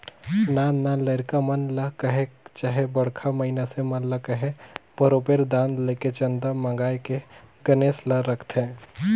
नान नान लरिका मन ल कहे चहे बड़खा मइनसे मन ल कहे बरोबेर दान लेके चंदा मांएग के गनेस ल रखथें